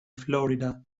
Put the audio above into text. florida